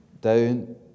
down